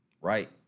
right